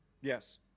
Yes